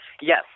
Yes